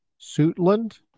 Suitland